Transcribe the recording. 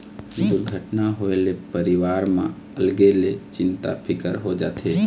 दुरघटना होए ले परिवार म अलगे ले चिंता फिकर हो जाथे